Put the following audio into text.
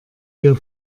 wir